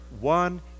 one